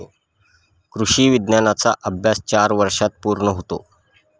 कृषी विज्ञानाचा अभ्यास चार वर्षांत पूर्ण होतो